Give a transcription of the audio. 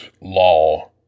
law